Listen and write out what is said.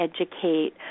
educate